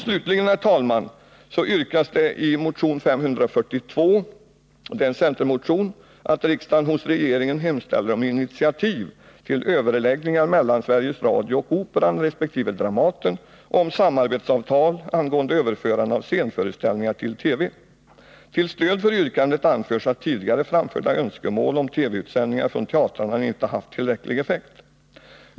Slutligen, herr talman, yrkas det i centermotionen 542 att riksdagen hos regeringen hemställer om initiativ till överläggningar mellan Sveriges Radio och Operan resp. Dramaten om samarbetsavtal angående överförande av scenföreställningar till TV. Till stöd för yrkandet anförs att tidigare framförda önskemål om TV-utsändningar från teatrarna inte haft tillräcklig effekt.